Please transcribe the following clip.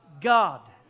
God